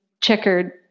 checkered